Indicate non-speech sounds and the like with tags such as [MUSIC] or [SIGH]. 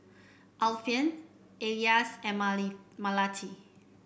Alfian Elyas and [UNINTELLIGIBLE] Melati